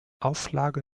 auflage